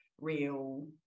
real